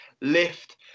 lift